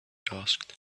asked